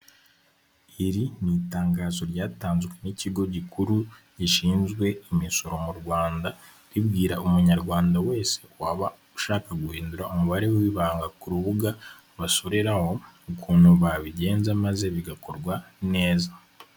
Iri ni itangazo ryatanzwe n'ikigo gikuru gishinzwe imisoro mu rwanda ribwira umunyarwanda wese waba ushaka guhindura umubare w'ibanga ku rubuga basoreraho ukuntu babigenza maze bigakorwa neza.